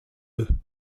deux